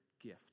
gift